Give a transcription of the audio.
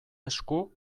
esku